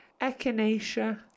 echinacea